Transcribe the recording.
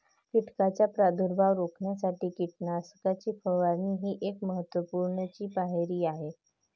कीटकांचा प्रादुर्भाव रोखण्यासाठी कीटकनाशकांची फवारणी ही एक महत्त्वाची पायरी आहे